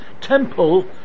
temple